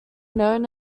known